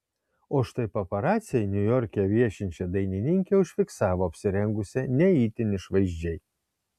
o štai paparaciai niujorke viešinčią dainininkę užfiksavo apsirengusią ne itin išvaizdžiai